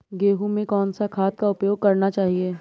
गेहूँ में कौन सा खाद का उपयोग करना चाहिए?